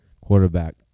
quarterback